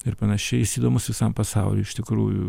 ir panašiai jis įdomus visam pasauliui iš tikrųjų